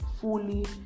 fully